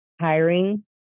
hiring